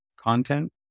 content